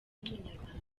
w’umunyarwanda